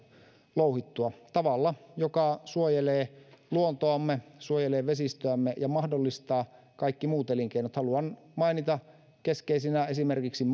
louhittua tavalla joka suojelee luontoamme suojelee vesistöjämme ja mahdollistaa kaikki muut elinkeinot haluan mainita keskeisinä esimerkiksi